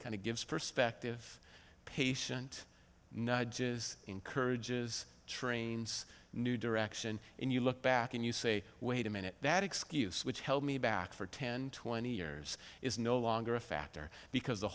kind of gives perspective patient nudges encourages trains new direction and you look back and you say wait a minute that excuse which held me back for ten twenty years is no longer a factor because the